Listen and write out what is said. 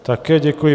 Také děkuji.